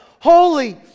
holy